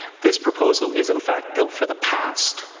this proposal is in fact built for the past,